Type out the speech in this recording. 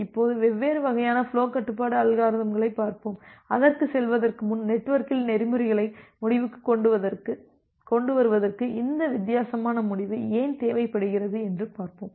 இப்போது வெவ்வேறு வகையான ஃபுலோ கட்டுப்பாட்டு அல்காரிதம்களைப் பார்ப்போம் அதற்குச் செல்வதற்கு முன் நெட்வொர்க்கில் நெறிமுறைகளை முடிவுக்குக் கொண்டுவருவதற்கு இந்த வித்தியாசமான முடிவு ஏன் தேவைப்படுகிறது என்று பார்ப்போம்